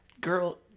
girl